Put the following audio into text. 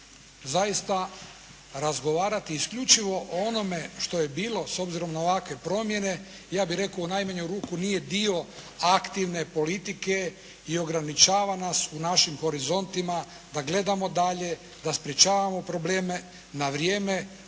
Zaista razgovarati isključivo o onome što je bilo s obzirom na ovakve promjene, ja bih rekao u najmanju ruku nije dio aktivne politike i ograničava nas u našim horizontima da gledamo dalje, da sprječavamo probleme na vrijeme